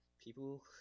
people